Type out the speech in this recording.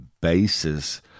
basis